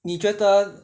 你觉得